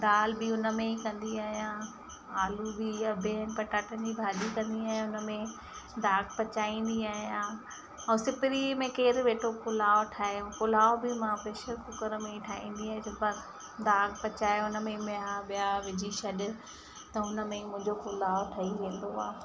दालि बि उनमें ई कंदी आहियां आलू बि या बिहनि पटाटनि जी भाॼी कंदी आहियां उनमें दाॻ पचाईंदी आहियां ऐं सिपरी में केरु वेठो पुलाव ठाहे पुलाव बि मां प्रेशर कुकर में ई ठाहींदी आहियां छोकर दाॻ पचाए उनमें मेहा वेआ विझी छॾ त उनमें ई मुंहिंजो पुलाव ठही वेंदो आहे